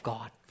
God